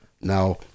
Now